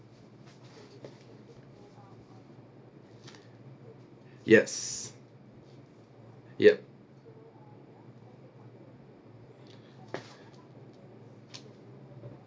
yes yup